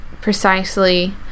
precisely